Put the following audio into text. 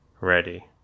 Ready